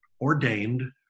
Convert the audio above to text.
ordained